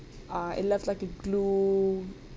uh it left like a glue